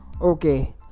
okay